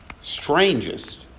strangest